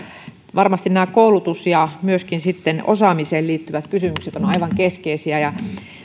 varmasti nämä koulutukseen ja myöskin sitten osaamiseen liittyvät kysymykset ovat aivan keskeisiä